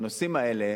בנושאים האלה,